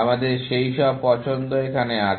আমাদের সেই সব পছন্দ এখানে আছে